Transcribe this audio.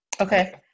Okay